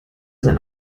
sein